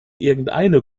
irgendeine